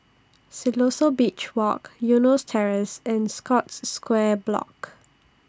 Siloso Beach Walk Eunos Terrace and Scotts Square Block